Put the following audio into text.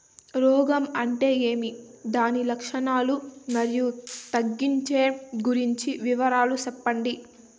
రోగం అంటే ఏమి దాని లక్షణాలు, మరియు తగ్గించేకి గురించి వివరాలు సెప్పండి?